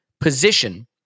position